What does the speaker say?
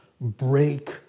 break